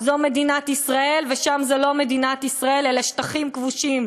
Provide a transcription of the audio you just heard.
זו מדינת ישראל ושם זה לא מדינת ישראל אלא שטחים כבושים.